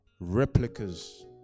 replicas